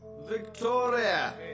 Victoria